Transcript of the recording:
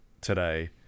today